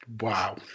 Wow